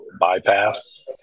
bypass